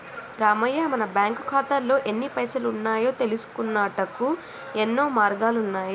రామయ్య మన బ్యాంకు ఖాతాల్లో ఎన్ని పైసలు ఉన్నాయో తెలుసుకొనుటకు యెన్నో మార్గాలు ఉన్నాయి